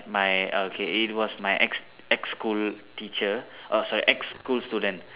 my okay it was my ex ex school teacher err sorry ex school student